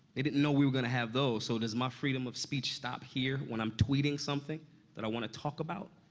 they didn't know we were gonna have those, so does my freedom of speech stop here when i'm tweeting something that i want to talk about?